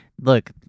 look